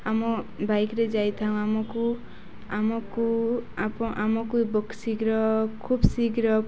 ଆମ ବାଇକ୍ରେ ଯାଇଥାଉ ଆମକୁ ଆମକୁ ଆପ ଆମକୁ ବୁକ୍ ଶୀଘ୍ର ଖୁବ ଶୀଘ୍ର